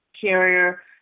carrier